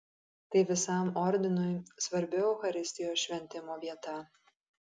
tai visam ordinui svarbi eucharistijos šventimo vieta